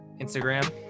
Instagram